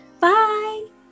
Bye